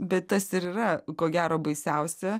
bet tas ir yra ko gero baisiausia